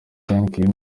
heineken